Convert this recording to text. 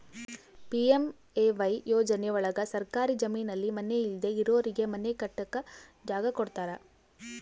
PMAY ಯೋಜನೆ ಒಳಗ ಸರ್ಕಾರಿ ಜಮೀನಲ್ಲಿ ಮನೆ ಇಲ್ದೆ ಇರೋರಿಗೆ ಮನೆ ಕಟ್ಟಕ್ ಜಾಗ ಕೊಡ್ತಾರ